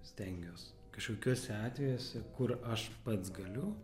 stengiuos kažkokiuose atvejuose kur aš pats galiu